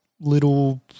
little